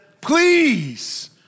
please